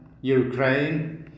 Ukraine